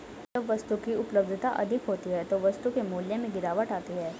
जब वस्तु की उपलब्धता अधिक होती है तो वस्तु के मूल्य में गिरावट आती है